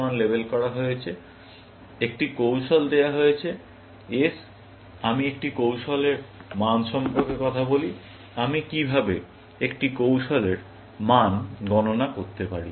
একটি কৌশল দেওয়া হয়েছে S এবং আমি একটি কৌশলের মান সম্পর্কে কথা বলি আমি কিভাবে একটি কৌশলের মান গণনা করতে পারি